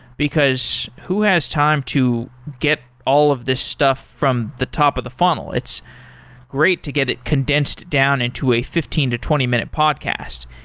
because who has time to get all of these stuff from the top of the funnel? it's great to get it condensed down into a fifteen to twenty minute podcast.